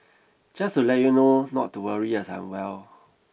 just to let you know not to worry as I'm well